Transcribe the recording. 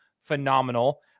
phenomenal